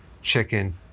chicken